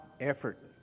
effort